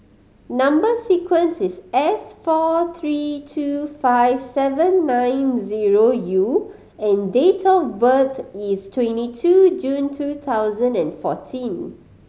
number sequence is S four three two five seven nine zero U and date of birth is twenty two June two thousand and fourteen